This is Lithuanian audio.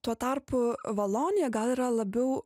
tuo tarpu valonija gal yra labiau